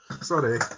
Sorry